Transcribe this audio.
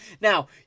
Now